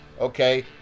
Okay